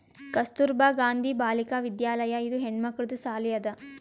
ಕಸ್ತೂರ್ಬಾ ಗಾಂಧಿ ಬಾಲಿಕಾ ವಿದ್ಯಾಲಯ ಇದು ಹೆಣ್ಮಕ್ಕಳದು ಸಾಲಿ ಅದಾ